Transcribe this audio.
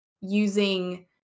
using